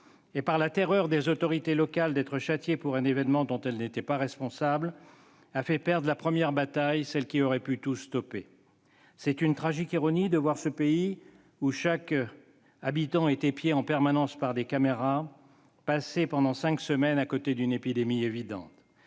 et par la terreur des autorités locales d'être châtiées pour un événement dont elles n'étaient pas responsables a fait perdre la première bataille, celle qui aurait pu tout stopper. C'est une tragique ironie de voir ce pays, dans lequel chaque habitant est épié en permanence par des caméras, passer pendant cinq semaines à côté d'une épidémie évidente.